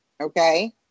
Okay